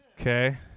Okay